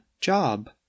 job